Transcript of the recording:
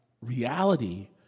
reality